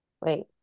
wait